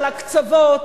של הקצוות,